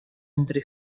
entre